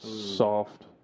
soft